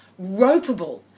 ropeable